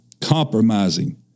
compromising